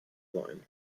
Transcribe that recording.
sein